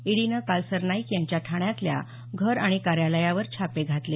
ईडीनं काल सरनाईक यांच्या ठाण्यातल्या घर आणि कार्यालयावर छापे घातले